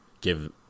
give